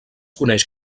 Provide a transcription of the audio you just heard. coneix